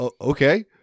okay